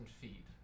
feet